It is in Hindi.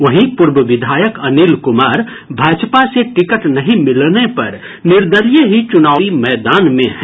वहीं पूर्व विधायक अनिल कुमार भाजपा से टिकट नहीं मिलने पर निर्दलीय ही चुनावी मैदान में हैं